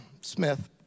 Smith